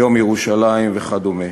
יום ירושלים וכדומה.